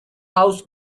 house